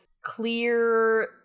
clear